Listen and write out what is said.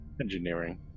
Engineering